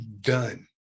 done